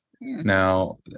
Now